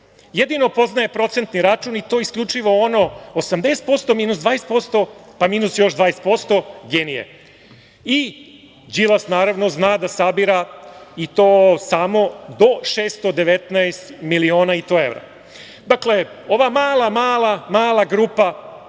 jedino poznaje procentni račun i to isključivo ono 80% minus 20%, pa minus još 20%. Genije! Đilas, naravno, zna da sabira, i to samo do 619 miliona i to evra. Dakle, ova mala, mala, mala grupa